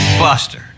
Buster